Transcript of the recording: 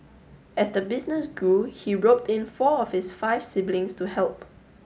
as the business grew he roped in four of his five siblings to help